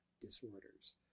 disorders